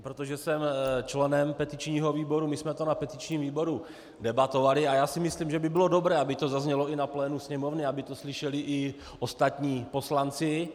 Protože jsem členem petičního výboru, my jsme to na petičním výboru debatovali a já si myslím, že by bylo dobré, aby to zaznělo i na plénu Sněmovny, aby to slyšeli i ostatní poslanci.